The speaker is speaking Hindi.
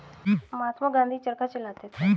महात्मा गांधी चरखा चलाते थे